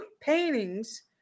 paintings